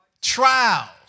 Trials